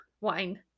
Wine